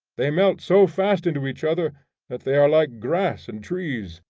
they melt so fast into each other that they are like grass and trees,